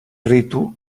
ritu